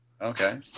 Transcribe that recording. Okay